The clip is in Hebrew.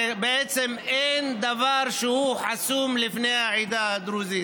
בעצם, אין דבר שהוא חסום לפני העדה הדרוזית,